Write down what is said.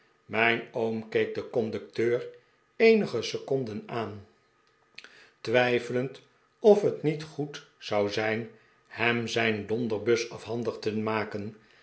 mijn oom keek den conducteur eenige seconden aan twijfelend of het niet goed zou zijn hem zijn donderbus afhandig te maken